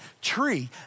tree